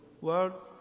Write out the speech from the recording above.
words